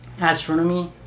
astronomy